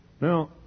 Now